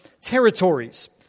territories